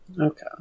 Okay